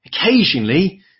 Occasionally